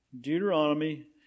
Deuteronomy